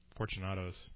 Fortunatos